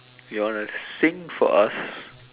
you want to sing for us